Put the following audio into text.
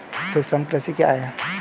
सूक्ष्म कृषि क्या है?